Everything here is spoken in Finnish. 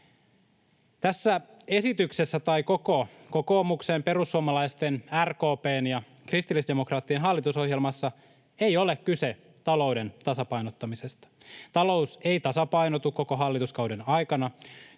Tässä esityksessä tai koko kokoomuksen, perussuomalaisten, RKP:n ja kristillisdemokraattien hallitusohjelmassa ei ole kyse talouden tasapainottamisesta. Talous ei tasapainotu koko hallituskauden aikana.